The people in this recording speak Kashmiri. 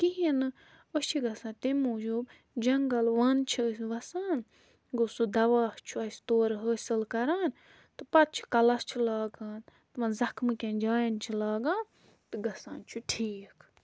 کِہیٖنۍ نہٕ أسۍ چھِ گَژھان تَمہِ موٗجوٗب جنٛگَل وَن چھِ أسۍ وَسان گوٚو سُہ دَوا چھُ اَسہِ تورٕ حٲصِل کَران تہٕ پَتہٕ چھِ کَلَس چھِ لاگان تِمَن زَخمٕکٮ۪ن جایَن چھِ لاگان تہٕ گژھان چھُ ٹھیٖک